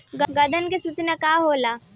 गदन के सूजन का होला?